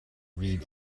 read